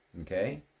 Okay